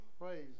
praise